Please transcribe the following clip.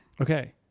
Okay